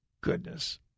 goodness